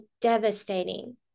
devastating